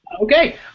Okay